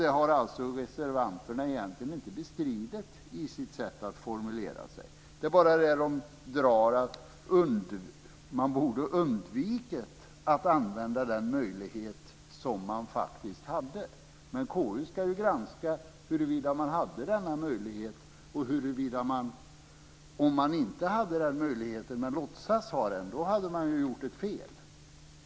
Det har reservanterna inte bestridit i sitt sätt att formulera sig. De drar slutsatsen att man borde ha undvikit att använda den möjlighet som faktiskt fanns. Men KU ska granska huruvida man hade denna möjlighet. Om man inte hade den möjligheten, men låtsades ha den, hade man gjort ett fel.